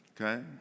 okay